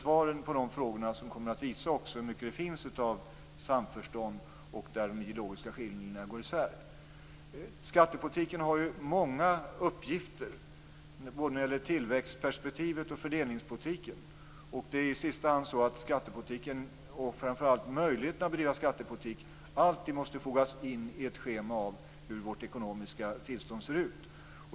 Svaren på de frågorna kommer väl också att visa hur mycket av samförstånd som finns och var de ideologiska skiljelinjerna går. Skattepolitiken har många uppgifter både i tillväxtperspektivet och när det gäller fördelningspolitiken. I sista hand måste alltid skattepolitiken och framför allt möjligheterna att bedriva skattepolitik ses mot bakgrund av vårt ekonomiska tillstånd.